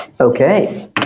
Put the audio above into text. okay